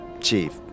Chief